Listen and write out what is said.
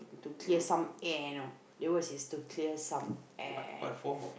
to clear some air you know that was his to clear some air